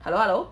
hello hello